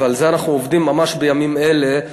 ועל זה אנחנו עובדים ממש בימים אלה,